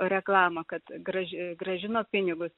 reklamą kad graži grąžino pinigus